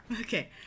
okay